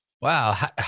Wow